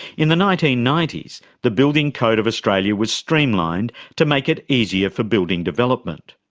in the nineteen ninety s, the building code of australia was streamlined to make it easier for building development.